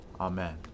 Amen